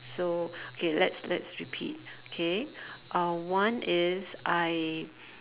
so okay let's let's repeat K uh one is I